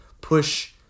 push